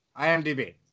IMDb